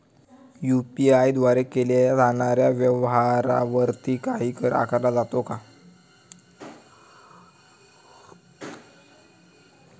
UPI द्वारे केल्या जाणाऱ्या व्यवहारावरती काही कर आकारला जातो का?